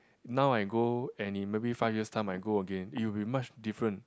now I go and in maybe five years time I go again it will be much different